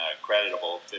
creditable